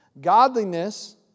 Godliness